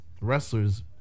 wrestlers